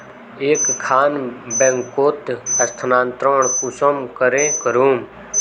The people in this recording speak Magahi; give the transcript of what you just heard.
एक खान बैंकोत स्थानंतरण कुंसम करे करूम?